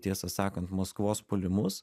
tiesą sakant maskvos puolimus